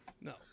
No